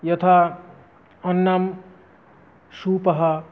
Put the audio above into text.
यथा अन्नं सूपः